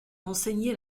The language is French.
enseigné